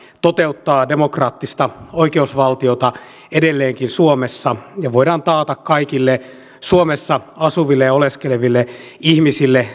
toteuttaa demokraattista oikeusvaltiota edelleenkin suomessa ja voimme taata kaikille suomessa asuville ja oleskeleville ihmisille